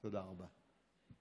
תודה רבה.